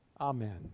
Amen